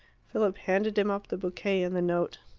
philip handed him up the bouquet and the note.